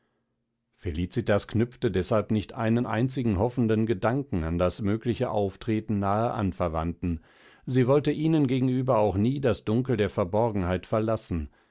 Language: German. felicitas knüpfte deshalb nicht einen einzigen hoffenden gedanken an das mögliche auftreten naher anverwandten sie wollte ihnen gegenüber auch nie das dunkel der verborgenheit verlassen